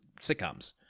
sitcoms